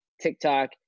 TikTok